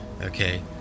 okay